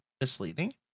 misleading